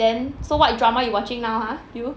then so what drama you watching now !huh! you